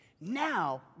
now